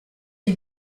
gli